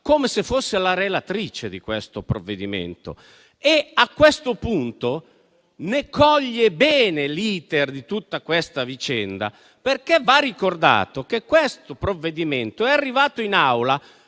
come se fosse la relatrice di questo provvedimento e a questo punto coglie bene l'*iter* di tutta questa vicenda, perché va ricordato che questo provvedimento è arrivato in Aula